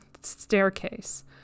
staircase